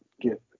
Get